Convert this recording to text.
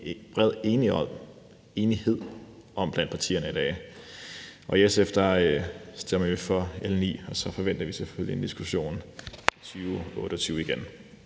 bred enighed om blandt partierne. I SF stemmer vi for L 9, og så forventer vi selvfølgelig en diskussion i 2028 igen.